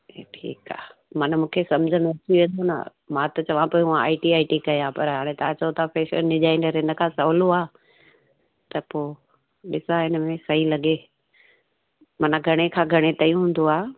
ठी ठीकु आहे माना मूंखे समुझ में नथी अचे न मां त चवां पियो मां आई टी आई टी कयां पर हाणे तव्हां चओ फेशन डीजाइनर इनखां सवलो आहे त पोइ जेका इनमें सही लॻे माना घणे खां घणे ताईं हूंदो आहे